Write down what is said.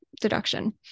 deduction